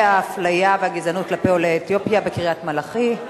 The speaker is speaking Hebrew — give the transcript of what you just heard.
האפליה והגזענות כלפי עולי אתיופיה בקריית-מלאכי.